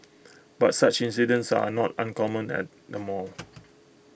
but such incidents are not uncommon at the mall